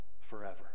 forever